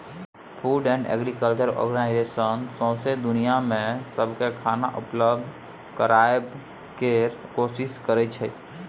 food and agriculture organisation सौंसै दुनियाँ मे सबकेँ खाना उपलब्ध कराबय केर कोशिश करइ छै